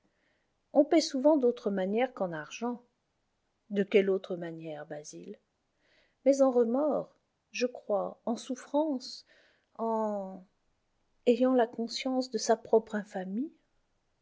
on paie souvent d'autre manière qu'en argent de quelle autre manière basil mais en remords je crois en souffrances en ayant la conscience de sa propre infamie